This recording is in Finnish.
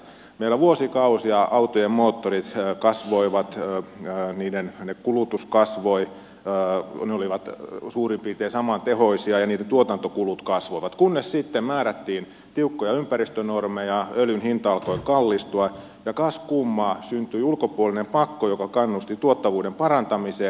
meillä vuosikausia autojen moottorit kasvoivat niiden kulutus kasvoi ne olivat suurin piirtein samantehoisia ja niiden tuotantokulut kasvoivat kunnes sitten määrättiin tiukkoja ympäristönormeja öljyn hinta alkoi kallistua ja kas kummaa syntyi ulkopuolinen pakko joka kannusti tuottavuuden parantamiseen